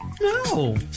No